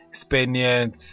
spaniards